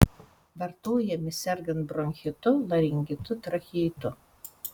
vartojami sergant bronchitu laringitu tracheitu